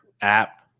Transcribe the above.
App